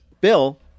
Bill